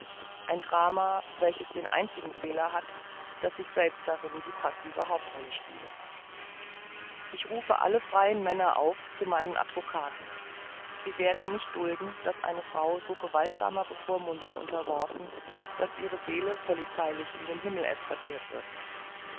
ein drama welches den einzigen fehler hat daß ich selbst darin die passive hauptrolle spiele ich rufe alle freien männer auf zu meinen advokaten sie werden nicht dulden daß eine frau so gewaltsamer bevormundung unterworfen daß ihre seele polizeilich in den himmel escortirt wird